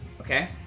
Okay